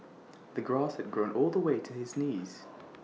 the grass had grown all the way to his knees